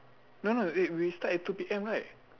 no no wait we start at two P_M right